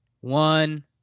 One